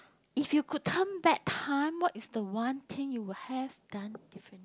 if you could turn back time what is the one thing you would have done different